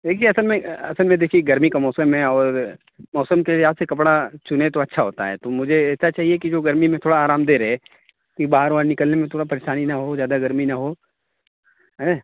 دیکھیے اصل میں اصل میں دیکھیے گرمی کا موسم ہے اور موسم کے حساب سے کپڑا چنے تو اچھا ہوتا ہے تو مجھے ایسا چاہیے کہ جو گرمی میں تھوڑا آرام دہ رہے کہ بار وار نکلنے میں تھوڑا پریشانی نہ ہو زیادہ گرمی نہ ہو ہیں